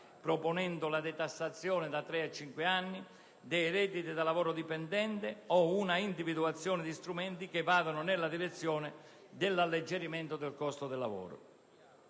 proponendo la detassazione da tre a cinque anni dei redditi da lavoro dipendente o un'individuazione di strumenti che vadano nella direzione dell'alleggerimento del costo del lavoro.